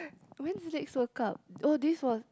when is next the World Cup oh this was